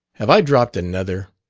have i dropped another?